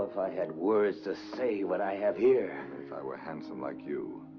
if i had words to say what i have here! if i were handsome like you.